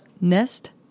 nest